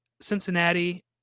Cincinnati